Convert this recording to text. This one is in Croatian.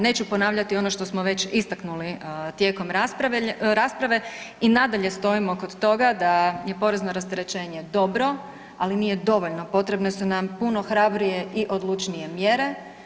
Neću ponavljati ono što smo već istaknuli tijekom rasprave i nadalje stojimo kod toga da je porezno rasterećenje dobro, ali nije dovoljno, potrebne su nam puno hrabrije i odlučnije mjere.